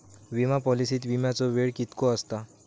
विमा पॉलिसीत विमाचो वेळ कीतको आसता?